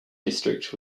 district